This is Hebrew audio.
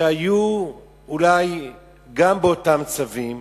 שאולי גם היו עם אותם צווים,